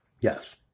Yes